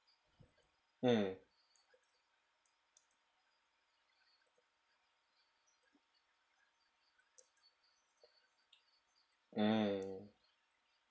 mm mm